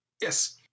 Yes